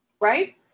right